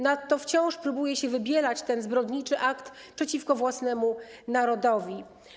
Nadto wciąż próbuje się wybielać ten zbrodniczy akt przeciwko własnemu narodowi.